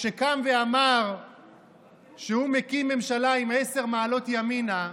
שקם ואמר שהוא מקים ממשלה עם עשר מעלות ימינה,